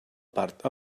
part